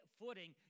footing